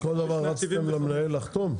אז כל דבר רצתם למנהל לחתום?